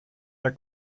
der